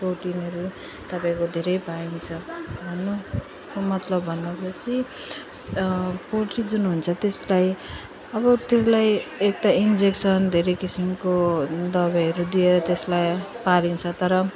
प्रोटिनहरू तपाईँको धेरै पाइन्छ भन्नुको मतलब भने पछि पोल्ट्री जुन हुन्छ त्यसलाई अब त्यसलाई एक त इन्जेक्सन धेरै किसिमको दबाईहरू दिएर त्यसलाई पालिन्छ तर